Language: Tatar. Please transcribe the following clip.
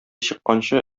чыкканчы